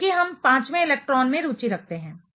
चूंकि हम पांचवें इलेक्ट्रॉन में रुचि रखते हैं